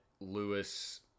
lewis